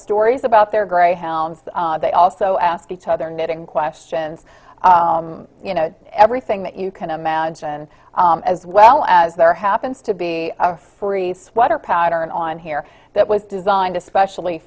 stories about their greyhounds they also ask each other knitting questions you know everything that you can imagine as well as there happens to be a free sweater pattern on here that was designed especially